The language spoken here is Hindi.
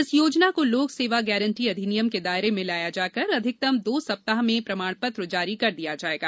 इस योजना को लोक सेवा गारंटी अधिनियम के दायरे में लाया जाकर अधिकतम दो सप्ताह में प्रमाण पत्र जारी कर दिया जायेगा